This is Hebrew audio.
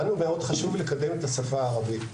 לנו מאוד חשוב לקדם את השפה הערבית